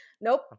nope